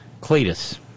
Cletus